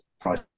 price